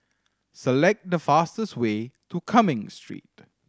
select the fastest way to Cumming Street